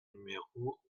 numéro